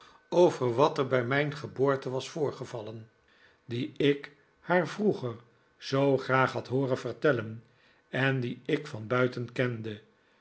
over wat er bij mijn geboorte was voorgevallen die ik haar vroeger zoo graag had hooren vertellen en die ik van buiten kende